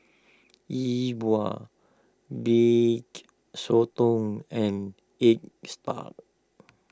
Yi Bua B Sotong and Egg Spa